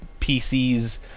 PCs